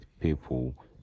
people